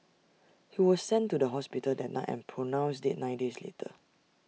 he was sent to the hospital that night and pronounced dead nine days later